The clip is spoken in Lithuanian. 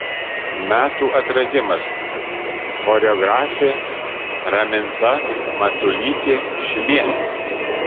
metų atradimas choreografė raminta matulytė šilienė